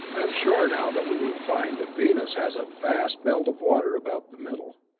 i am sure now that we will find that venus has a vast belt of water about the middle,